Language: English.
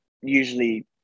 usually